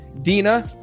Dina